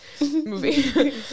movie